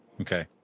Okay